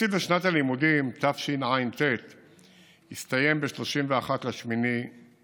התקציב לשנת הלימודים תשע"ט הסתיים ב-31 באוגוסט